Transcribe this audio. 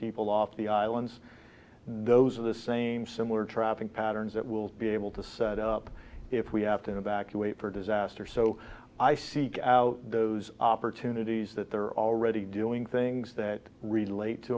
people off the islands those are the same similar traffic patterns that will be able to set up if we have to evacuate for disaster so i seek out those opportunities that there are already doing things that relate to